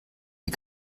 die